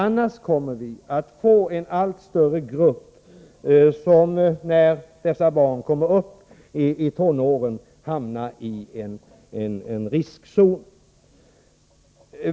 Annars kommer vi att få en allt större grupp av barn, som när de kommer upp i tonåren hamnar i en riskzon.